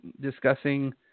discussing